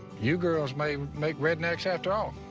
you girls may make rednecks after all.